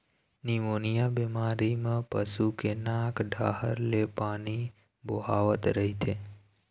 pneumonia बेमारी म पशु के नाक डाहर ले पानी बोहावत रहिथे